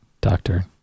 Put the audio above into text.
Doctor